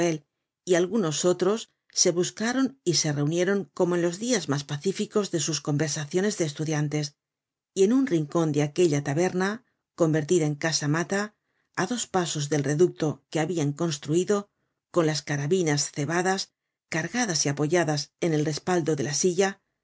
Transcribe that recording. y algunos otros se buscaron y se reunieron como en los dias mas pacíficos de sus conversaciones de estudiantes y en un rincon de aquella taberna convertida en casa mata á dos pasos del reducto que habian construido con la carabinas cebadas cargadas y apoyadas en el respaldo de la silla